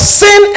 sin